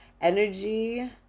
energy